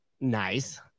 Nice